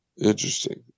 Interesting